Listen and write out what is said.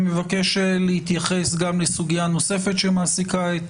אני מבקש להתייחס גם לסוגיה נוספת שמעסיקה את